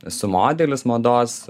esu modelis mados